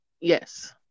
Yes